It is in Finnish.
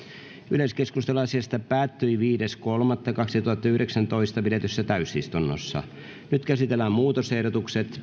yleiskeskustelu asiasta päättyi viides kolmatta kaksituhattayhdeksäntoista pidetyssä täysistunnossa nyt käsitellään muutosehdotukset